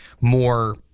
more –